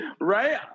Right